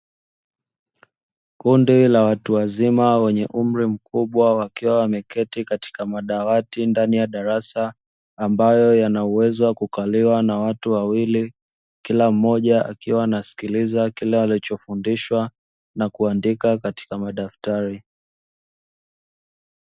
Kundi la watu wazima wenye umri mkubwa wakiwa wameketi katika madawati ndani ya darasa ambayo yanaweza kukaliwa na watu wawili kila mmoja akiwa anasikiliza kile anachofundishwa na kuandika katika madaftari.